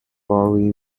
broye